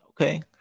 Okay